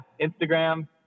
Instagram